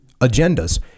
agendas